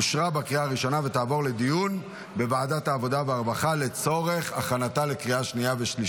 לוועדת העבודה והרווחה נתקבלה.